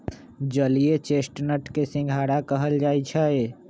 जलीय चेस्टनट के सिंघारा कहल जाई छई